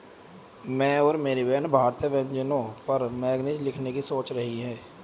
मैं और मेरी बहन भारतीय व्यंजनों पर मैगजीन लिखने की सोच रही है